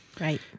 Right